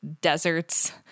deserts